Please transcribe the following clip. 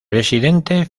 presidente